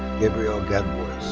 gabriel gadbois.